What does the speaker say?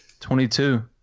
22